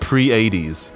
pre-80s